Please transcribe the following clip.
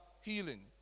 healing